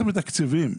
אנחנו מתקצבים.